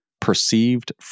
Perceived